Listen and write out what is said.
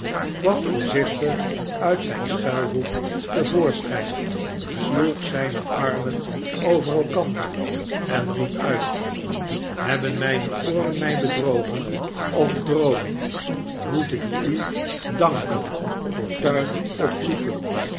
kwam voorzichtig uit zijn schuilhoek te voorschijn sloeg zijne armen over elkander en riep uit hebben mijne ooren mij bedrogen of droom ik moet ik u danken fortuin of vloeken